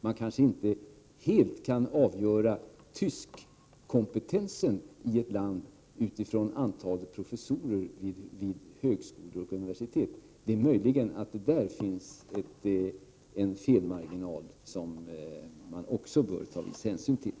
Man kanske inte helt kan avgöra tyskkompetensen i ett land utifrån antalet professorer vid högskolor och universitet. Möjligen finns där en felmarkering som vi också bör ta viss hänsyn till.